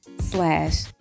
slash